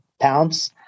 pounds